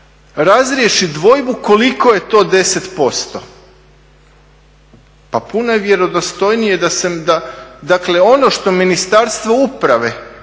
razriješi dvojbu koliko je to 10%. Pa puno je vjerodostojnije da se, dakle ono što Ministarstvo uprave